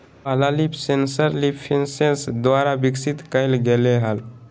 पहला leaf sensor leaf sense द्वारा विकसित कइल गेलय हल